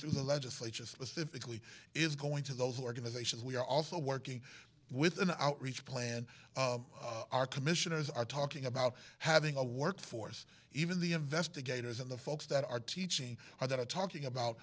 through the legislation specifically is going to those organizations we are also working with an outreach plan our commissioners are talking about having a workforce even the investigators and the folks that are teaching that are talking about